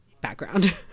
background